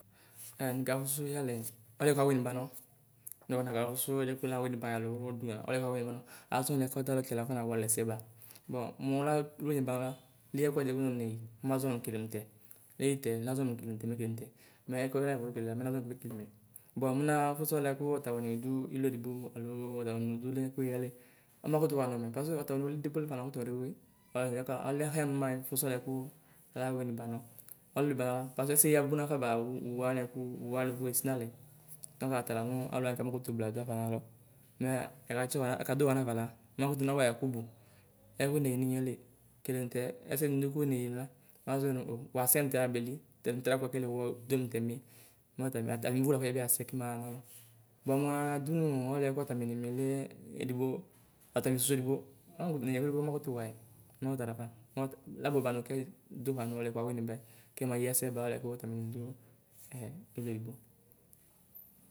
Ɛ nikafusu iyalɛ ɔluɛ kuawini banɔ. nɔmaya ɔluɛ ku nawini bayi alo ɔduyan ɔluɛ kɔawini banɔ. Azɔ nɛsɛ dalokɛtalu afɔna walɛsɛ la. Bɔ mu nafusu ɔluɛ buaku ɔta wini udu iluedigbo aloo ɔtawumi udulɛ ku yialɛ, ɔmakutu woanɔ mɛ 'pase' ɔtawumi ududepe koa namakutsuwɛdiɣekpe. Talaɣaƒa lahia nu nima fusu ɔluɛ ku la wini banɔ. La wini banɔla pase ɛsɛyi abu nafa bawu wuanɛ wualuɛ ku wuessinalɛ. Doŋk atalamu aluwa ma kutu blawudu ɣafa. nalɔ. Mɛ ɛkatsiuha, Ɛkaduhanafa la amakutu nawayɛ kubu. Ɛkueneyi ninyeli, kelemutɛ, ɛsɛdi kpekpe eneyi la mazɔɛ nu o wasɛ mutɛ la beli, tɛnutɛ la wekele we wekemutɛni mɔta biata nivo kuyasɛ kɛmaɣa nalɔ. Bua muaa dunuu ɔluiɛ kɔtamini milɛɛ edigbo, ɔtamisusu edigbo ɔnafɔ kutu yiɛikuɛ ɔmakutu wayɛ mɔtalafa labuɛba nu wekele duha nɔliɛ koawinibɛ kemayiɛsɛba ɔliɛ kɔtamini du iluedigbo.